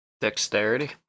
Dexterity